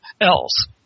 else